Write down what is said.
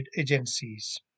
agencies